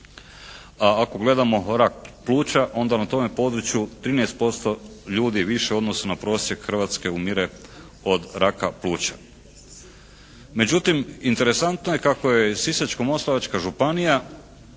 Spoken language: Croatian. A ako gledamo rak pluća, onda na tome području 13% ljudi više u odnosu na prosjek Hrvatske umire od raka pluća. Međutim, interesantno je kako je Sisačko-moslavačka županija